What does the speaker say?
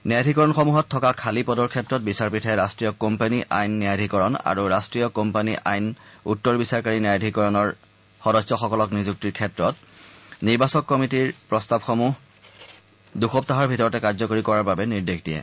ন্যায়াধীকৰণসমূহত থকা খালী পদৰ ক্ষেত্ৰত বিচাৰপীঠে ৰাষ্ট্ৰীয় কোম্পানী আইন ন্যায়াধীকৰণ আৰু ৰাষ্ট্ৰীয় কোম্পানী আইন উত্তৰ বিচাৰকাৰী ন্যায়াধীকৰণৰ সদস্যসকলক নিযুক্তিৰ ক্ষেত্ৰত নিৰ্বাচক কমিটীৰ প্ৰস্তাৱসমূহ দূসপ্তাহৰ ভিতৰতে কাৰ্যকৰী কৰাৰ বাবে নিৰ্দেশ দিয়ে